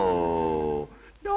oh no